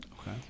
okay